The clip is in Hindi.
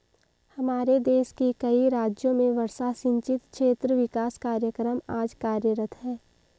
हमारे देश के कई राज्यों में वर्षा सिंचित क्षेत्र विकास कार्यक्रम आज कार्यरत है